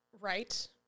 right